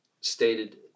stated